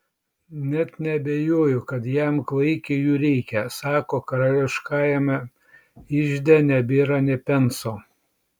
net neabejoju kad jam klaikiai jų reikia sako karališkajame ižde nebėra nė penso